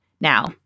Now